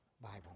Bible